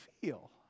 feel